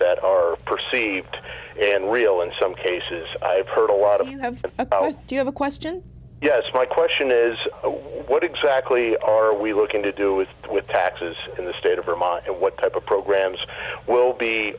that are perceived and real in some cases i've heard a lot of you have do you have a question yes my question is what exactly are we looking to do is with taxes in the state of vermont what type of programs will be